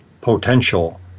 potential